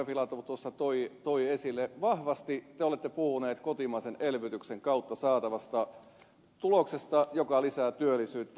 filatov tuossa toi esille niin vahvasti te olette puhuneet kotimaisen elvytyksen kautta saatavasta tuloksesta joka lisää työllisyyttä